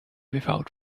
without